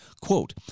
Quote